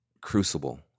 crucible